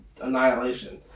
annihilation